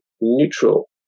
neutral